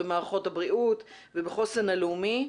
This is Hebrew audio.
במערכות הבריאות ובחוסן הלאומי.